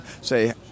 say